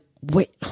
wait